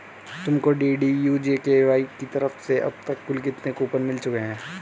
तुमको DDU GKY की तरफ से अब तक कुल कितने कूपन मिल चुके हैं?